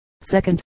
Second